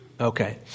Okay